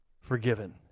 forgiven